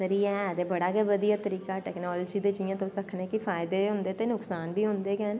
इस करियै है ते बड़ा गै बधिया तरीका ऐ टैकनालज़ी ते जियां तुस आक्खने कि फायदे ते होंदे नुक्सान बी होंदे गै न